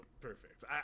perfect